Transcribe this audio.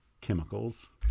chemicals